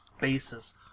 basis